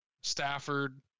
Stafford